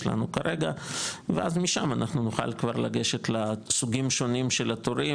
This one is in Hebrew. לנו כרגע ואז משם אנחנו נוכל כבר לגשת לסוגים שונים של התורים